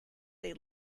they